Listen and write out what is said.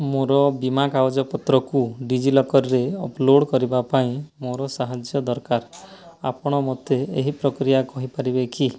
ମୋର ବୀମା କାଗଜପତ୍ର କୁ ଡିଜିଲକର୍ରେ ଅପଲୋଡ଼୍ କରିବା ପାଇଁ ମୋର ସାହାଯ୍ୟ ଦରକାର ଆପଣ ମୋତେ ଏହି ପ୍ରକ୍ରିୟା କହି ପାରିବେ କି